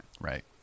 Right